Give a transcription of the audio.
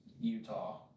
Utah